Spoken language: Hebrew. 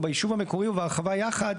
או ביישוב המקורי ובהרחבה יחד,